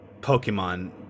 Pokemon